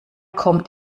kommt